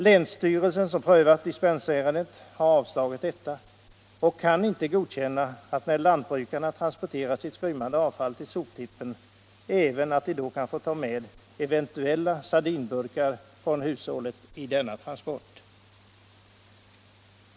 Länsstyrelsen som prövat dispensärendet har avslagit ansökan och kan inte godkänna att lantbrukarna, när de transporterar sitt skrymmande avfall till soptippen, också tar med eventuella sardinburkar från hushållet i denna transport.